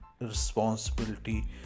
responsibility